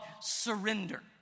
surrender